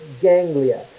ganglia